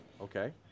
okay